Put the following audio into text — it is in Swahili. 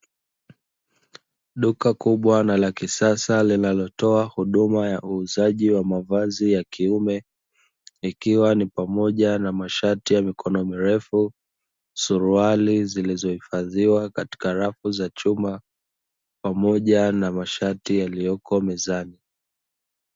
Duka kubwa na lakiusasa linalotoa huduma ya uuzaji wa mavazi ya kiume ikiwa ni pamoja na mashati ya mikono mirefu, suruali zilizohifaziwa katika rafu za chuma pamoja na mashati yaliyoko mezani.